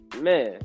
man